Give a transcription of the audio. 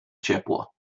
ciepło